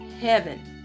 heaven